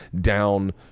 down